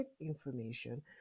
information